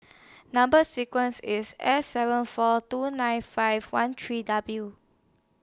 Number sequence IS S seven four two nine five one three W